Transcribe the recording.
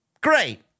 Great